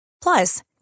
Plus